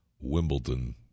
Wimbledon